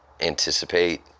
anticipate